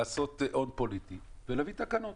לעשות הון פוליטי ולהביא תקנות.